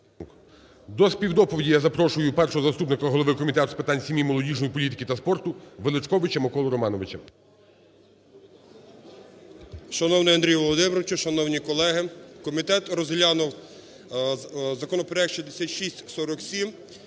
До співдоповіді я запрошую першого заступника голови Комітету з питань сім'ї, молодіжної політики та спорту Величковича Миколу Романовича. 10:53:14 ВЕЛИЧКОВИЧ М.Р. Шановний Андрію Володимировичу, шановні колеги! Комітет розглянув законопроект 6647